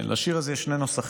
לשיר הזה יש שני נוסחים.